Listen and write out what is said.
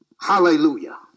Hallelujah